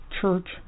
church